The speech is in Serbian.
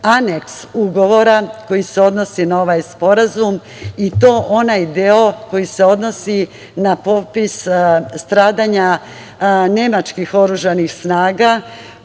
aneks ugovora koji se odnosi na ovaj sporazum i to onaj deo koji se odnosi na popis stradanja nemačkih oružanih snaga